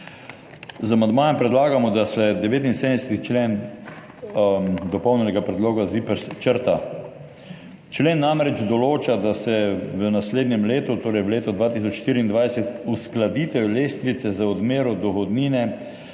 Z amandmajem predlagamo, da se 79. člen dopolnjenega predloga ZIPRS črta. Člen namreč določa, da se v naslednjem letu, torej v letu 2024, uskladitev lestvice za odmero dohodnine